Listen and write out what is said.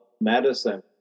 medicine